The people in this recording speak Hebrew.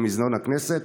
למזנון הכנסת,